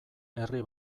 herri